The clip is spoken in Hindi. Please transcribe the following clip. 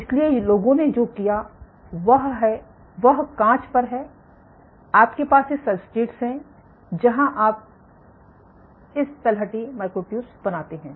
इसलिए लोगों ने जो किया है वह कांच पर है आपके पास ये सबस्ट्रेट्स हैं जहां आप इस तलहटी मायोट्यूब बनाते हैं